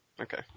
okay